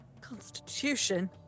Constitution